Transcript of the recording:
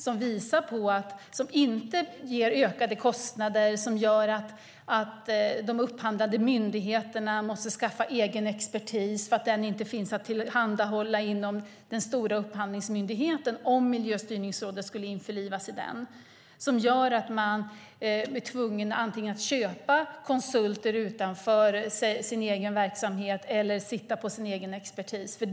Den ska inte ge ökade kostnader genom att upphandlande myndigheter måste skaffa egen expertis eftersom den inte tillhandahålls inom den stora upphandlingsmyndigheten, om Miljöstyrningsrådet skulle införlivas i den. Det skulle göra att man är tvungen att antingen köpa konsulter utanför sin egen verksamhet eller sitta med sin egen expertis.